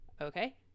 Okay